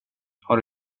har